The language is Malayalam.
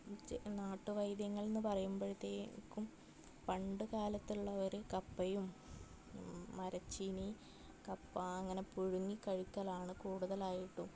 ജെ നാട്ടുവൈദ്യങ്ങൾന്ന് പറയുമ്പോഴത്തേക്കും പണ്ട് കാലത്തുള്ളവർ കപ്പയും മരച്ചീനി കപ്പ അങ്ങനെ പുഴുങ്ങി കഴിക്കലാണ് കൂടുതലായിട്ടും